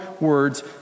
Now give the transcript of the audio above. words